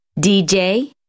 DJ